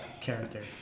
character